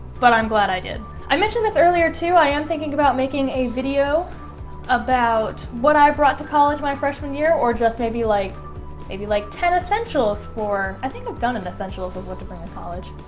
but i'm glad i did i mentioned this earlier too i am thinking about making a video about what i brought to college my freshman year or just maybe like maybe like ten essentials for i think we've done in the essentials of what to bring to college.